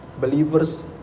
Believers